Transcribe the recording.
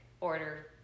order